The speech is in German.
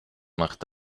macht